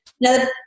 Now